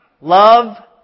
Love